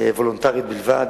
וולונטרית בלבד,